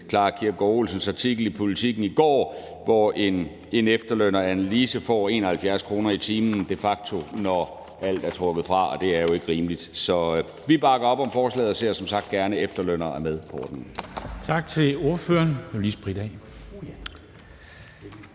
Kiersgaard Olesens artikel i Politiken i går, hvor en efterlønner, Anna-Lisse, de facto får 71 kr. i timen, når alt er trukket fra, og det er jo ikke rimeligt. Så vi bakker op om forslaget og ser som sagt gerne, at efterlønnere er med på ordningen.